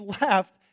left